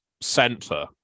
center